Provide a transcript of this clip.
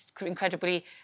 incredibly